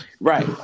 right